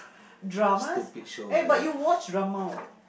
dramas eh but you watch drama what